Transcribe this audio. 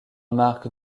marc